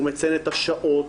הוא מציין את השעות,